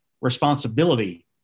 responsibility